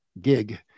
gig